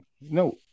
No